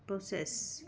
processor